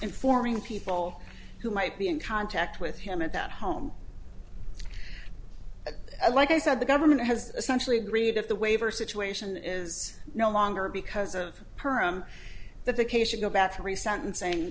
informing people who might be in contact with him at that home like i said the government has essentially agreed if the waiver situation is no longer because of perm that the case should go back three sentencing